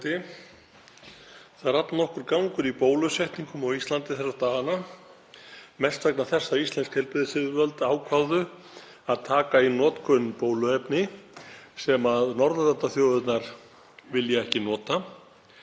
Það er allnokkur gangur í bólusetningum á Íslandi þessa dagana, mest vegna þess að íslensk heilbrigðisyfirvöld ákváðu að taka í notkun bóluefni sem Norðurlandaþjóðirnar vilja ekki nota